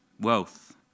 wealth